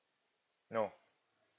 no